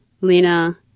Lena